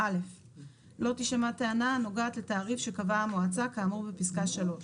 לא תישמע טענה הנוגעת לתעריף שקבעה המועצה כאמור בפסקה (3).